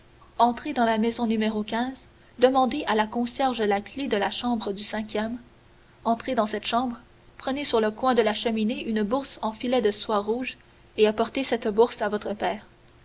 entrez dans la maison n demande à la concierge la clef de la chambre du cinquième entrez dans cette chambre prenez sur le coin de la cheminée une bourse en filet de soie rouge et apportez cette bourse à votre père